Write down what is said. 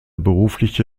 berufliche